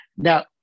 Now